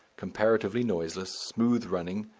comparatively noiseless, smooth-running,